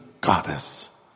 goddess